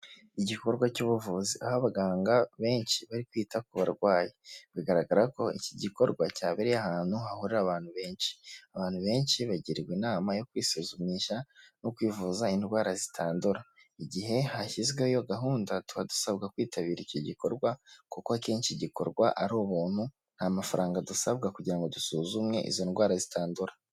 Igikorwa cy'ubuvuzi aho abaganga benshi bari kwita ku barwayi bigaragara ko iki gikorwa cyabereye ahantu hahurira abantu benshi ,abantu benshi bagirwari inama yo kwisuzumisha no kwivuza indwara zitandura ,igihe hashyizweho gahunda tuba dusabwa kwitabira iki gikorwa kuko akenshi gikorwa ari ubuntu nta mafaranga dusabwa kugira ngo dusuzume izo ndwara zitandura.